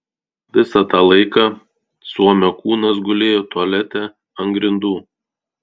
visą tą laiką suomio kūnas gulėjo tualete ant grindų